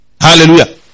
Hallelujah